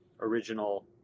original